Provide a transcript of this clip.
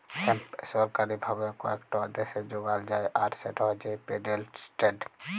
hemp সরকারি ভাবে কয়েকট দ্যাশে যগাল যায় আর সেট হছে পেটেল্টেড